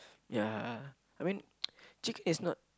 yeah I mean chicken is not